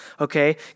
okay